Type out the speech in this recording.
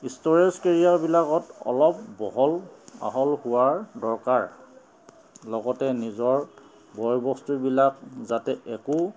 storage কেৰিয়াৰবিলাকত অলপ বহল আহল হোৱাৰ দৰকাৰ লগতে নিজৰ বয়বস্তুবিলাক যাতে একো